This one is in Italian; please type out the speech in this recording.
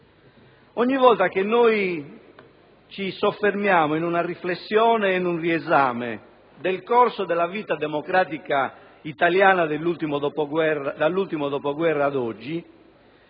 Ogni volta che ci soffermiamo in una riflessione e, in un riesame del corso della vita democratica italiana dall'ultimo dopoguerra ad oggi,